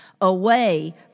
away